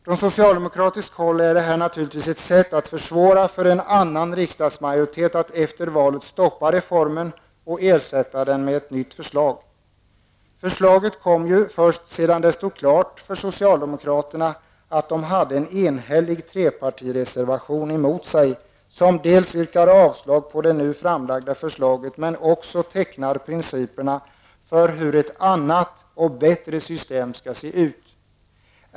Från socialdemokratiskt håll är det naturligtvis ett sätt att försvåra för en annan riksdagsmajoritet att efter valet stoppa reformen och ersätta den med ett nytt förslag. Förslaget kom ju först sedan det stod klart för socialdemokraterna att de hade en enhällig trepartireservation emot sig, där dels yrkas avslag på det nu framlagda förslaget, dels också tecknas principerna för hur ett annat och bättre system skall se ut.